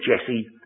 Jesse